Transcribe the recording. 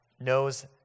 knows